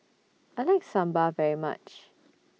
I like Sambar very much